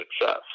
success